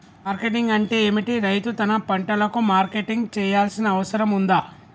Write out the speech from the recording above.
Marketing అంటే ఏమిటి? రైతు తన పంటలకు మార్కెటింగ్ చేయాల్సిన అవసరం ఉందా?